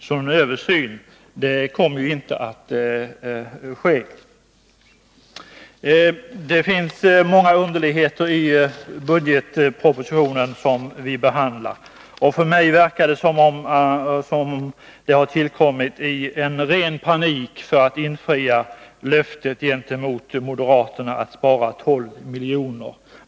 Någon översyn kommer alltså inte att ske. Det finns många underligheter i budgetpropositionen i detta avseende. På mig verkar det som om detta tillkommit i ren panik för att man skall kunna infria löftet gentemot moderaterna att spara 12 miljarder.